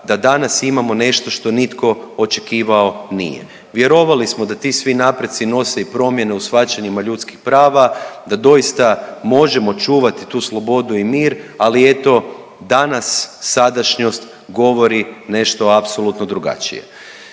da danas imamo nešto što nitko očekivao nije. Vjerovali smo da svi ti napretci nose i promjene u shvaćanjima ljudskih prava, da doista možemo čuvati tu slobodu i mir, ali eto danas sadašnjost govori nešto apsolutno drugačije.